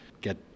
get